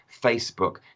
Facebook